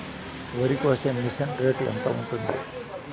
వరికోసే machine rate ఎంత ఉంటుంది?